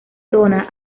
dona